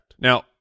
Now